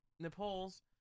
Nepal's